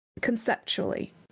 conceptually